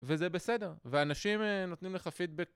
וזה בסדר, ואנשים נותנים לך פידבק